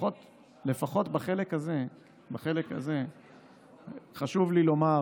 לפחות בחלק הזה חשוב לי לומר,